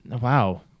wow